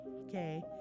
okay